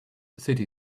city